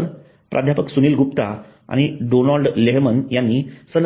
तर प्राध्यापक सुनील गुप्ता आणि डोनाल्ड लेहमन यांनी